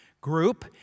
group